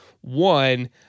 one